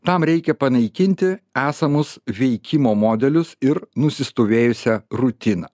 tam reikia panaikinti esamus veikimo modelius ir nusistovėjusią rutiną